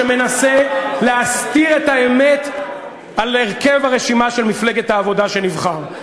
שמנסה להסתיר את האמת על הרכב הרשימה של מפלגת העבודה שנבחר,